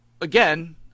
again